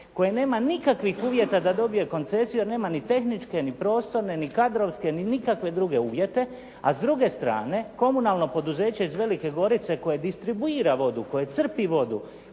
koje nema nikakvih uvjeta da dobije koncesiju, jer nema ni tehničke, ni prostorne, ni kadrovske, ni nikakve druge uvjete a s druge strane komunalno poduzeće iz Velike Gorice koje distribuira vodu, koje crpi vodu,